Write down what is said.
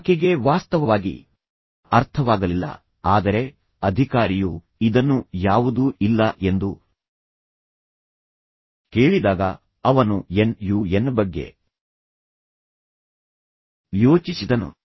ಆಕೆಗೆ ವಾಸ್ತವವಾಗಿ ಅರ್ಥವಾಗಲಿಲ್ಲ ಆದರೆ ಅಧಿಕಾರಿಯು ಇದನ್ನು ಯಾವುದೂ ಇಲ್ಲ ಎಂದು ಕೇಳಿದಾಗ ಅವನು ಎನ್ ಯು ಎನ್ ಬಗ್ಗೆ ಯೋಚಿಸಿದನು